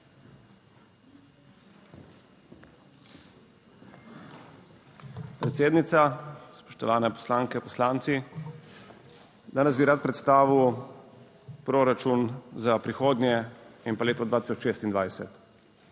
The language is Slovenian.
Predsednica, spoštovane poslanke, poslanci. Danes bi rad predstavil proračun za prihodnje in pa leto 2026.